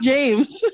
James